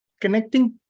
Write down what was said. connecting